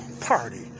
party